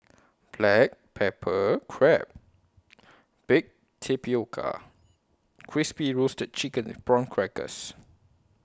Black Pepper Crab Baked Tapioca and Crispy Roasted Chicken with Prawn Crackers